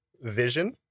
Vision